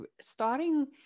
starting